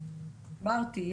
אמרתי,